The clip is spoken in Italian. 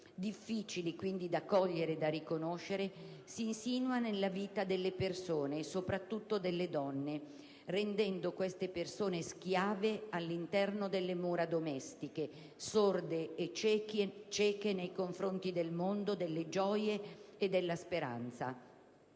difficili da cogliere e riconoscere), si insinua nella vita delle persone, soprattutto delle donne, rendendole schiave all'interno delle mura domestiche, sorde e cieche nei confronti del mondo, delle gioie e della speranza.